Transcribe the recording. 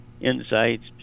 insights